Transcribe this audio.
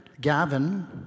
Gavin